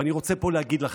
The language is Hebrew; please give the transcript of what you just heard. ואני רוצה פה להגיד לכם,